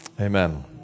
Amen